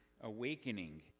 awakening